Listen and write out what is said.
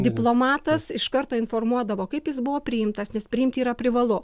diplomatas iš karto informuodavo kaip jis buvo priimtas nes priimti yra privalu